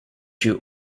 you